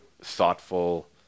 thoughtful